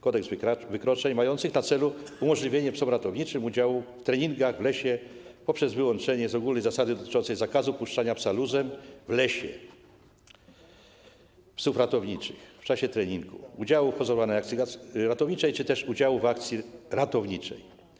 Kodeks wykroczeń, mających na celu umożliwienie psom ratowniczym udziału w treningach w lesie poprzez wyłączenie z ogólnej zasady dotyczącej zakazu puszczania psa luzem w lesie psów ratowniczych w czasie treningu, udziału w pozorowanej akcji ratowniczej czy też udziału w akcji ratowniczej.